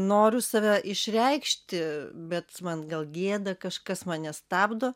noriu save išreikšti bet man gal gėda kažkas mane stabdo